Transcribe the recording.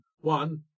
One